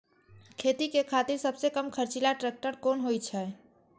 खेती के खातिर सबसे कम खर्चीला ट्रेक्टर कोन होई छै?